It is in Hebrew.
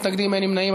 מתנגדים, אין נמנעים.